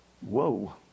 Whoa